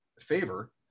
favor